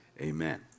Amen